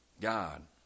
God